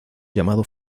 llamado